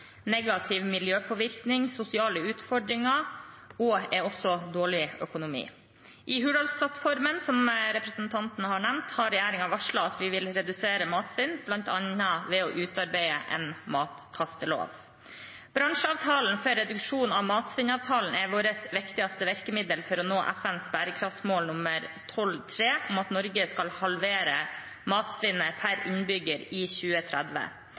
negativ miljøpåvirkning, sosiale utfordringer og det er også dårlig økonomi. I Hurdalsplattformen, som representanten har nevnt, har regjeringen varslet at vi vil redusere matsvinn, bl.a. ved å utarbeide en matkastelov. Bransjeavtalen om reduksjon av matsvinn er vårt viktigste virkemiddel for å nå FNs bærekraftsmål nr. 12.3 om at Norge skal halvere matsvinnet per innbygger i 2030.